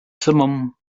simum